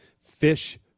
fish